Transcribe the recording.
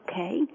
Okay